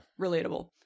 Relatable